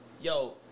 yo